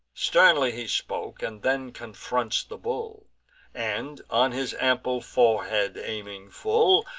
sternly he spoke, and then confronts the bull and, on his ample forehead aiming full,